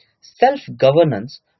self-governance